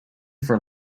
for